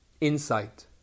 insight